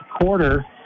quarter